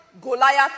Goliath